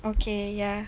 okay ya